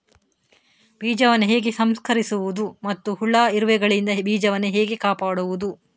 ಬೀಜವನ್ನು ಹೇಗೆ ಸಂಸ್ಕರಿಸುವುದು ಮತ್ತು ಹುಳ, ಇರುವೆಗಳಿಂದ ಬೀಜವನ್ನು ಹೇಗೆ ಕಾಪಾಡುವುದು?